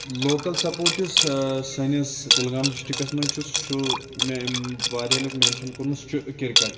local support یُس سٲنِس Kulgam districts مَنٛز چھُ سُہ چھُ مےٚ واریاہ لَٹہِ میٚنشَن کوٚرمُت سُہ چھُ کِرکَٹ